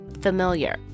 familiar